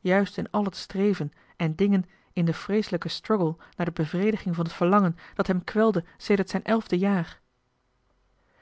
juist in al het streven en dingen in den vreeselijken struggle naar de bevrediging van het verlangen dat hem kwelde sedert zijn elfde jaar